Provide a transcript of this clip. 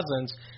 Cousins